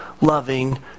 loving